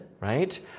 right